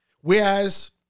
Whereas